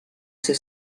ser